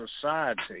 society